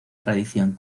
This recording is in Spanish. tradición